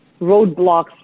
roadblocks